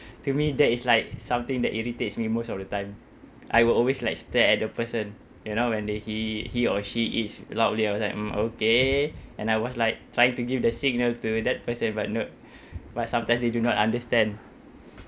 to me that is like something that irritates me most of the time I will always like stare at the person you know when they he he or she eats loudly I was like mm okay and I was like trying to give the signal to that person but no but sometimes they do not understand